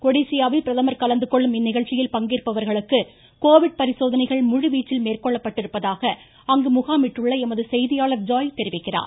கொடீசியாவில் பிரதமர் கலந்துகொள்ளும் இந்நிகழ்ச்சியில் பங்கேற்பவர்களுக்கு கோவிட் பரிசோதனைகள் முழுவீச்சில் மேற்கொள்ளப்பட்டிருப்பதாக அங்கு முகாமிட்டுள்ள எமது செய்தியாளர் ஜாய் தெரிவிக்கிறார்